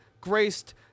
graced